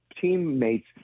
teammates